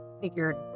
figured